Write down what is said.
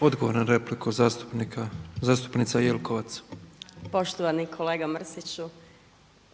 Odgovor na repliku zastupnica Jelkovac. **Jelkovac, Marija (HDZ)** Poštovani kolega Mrsiću